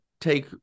take